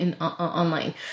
online